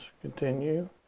continue